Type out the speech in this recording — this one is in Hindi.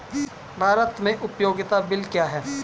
भारत में उपयोगिता बिल क्या हैं?